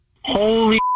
Holy